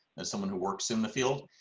as someone who works in the field.